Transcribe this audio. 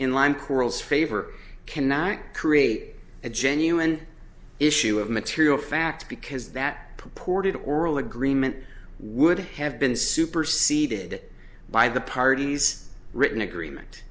in line corals favor cannot create a genuine issue of material fact because that purported oral agreement would have been superceded by the parties written agreement